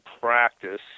practice